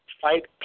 fight